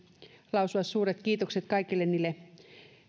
lausua suuret kiitokset kaikille niille